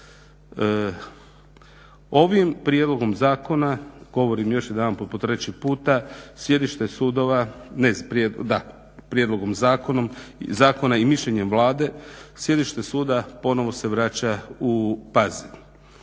Ovim prijedlogom zakona govorim još jedanput po treći puta sjedište sudova da prijedlogom zakona i mišljenjem Vlade, sjedište suda ponovo se vraća u Pazin.